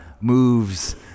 moves